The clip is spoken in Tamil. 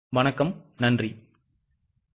நாம் ஏற்கனவே தீர்த்த வழக்கை மீண்டும் படியுங்கள்